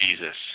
Jesus